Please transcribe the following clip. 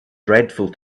dreadful